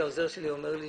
העוזר שלי אומר לי